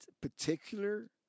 particular